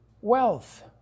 wealth